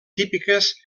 típiques